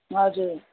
हजुर